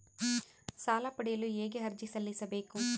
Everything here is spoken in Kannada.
ಸಾಲ ಪಡೆಯಲು ಹೇಗೆ ಅರ್ಜಿ ಸಲ್ಲಿಸಬೇಕು?